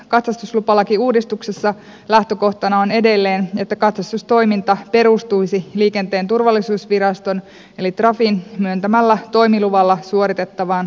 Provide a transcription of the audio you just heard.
katsastuslupalakiuudistuksessa lähtökohtana on edelleen että katsastustoiminta perustuisi liikenteen turvallisuusviraston eli trafin myöntämällä toimiluvalla suoritettavaan katsastustoimintaan